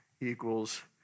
equals